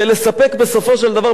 ולספק בסופו של דבר,